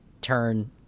turn